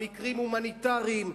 מקרים הומניטריים.